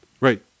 Right